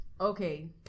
okay